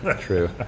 true